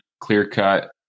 clear-cut